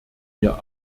mir